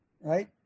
right